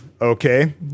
okay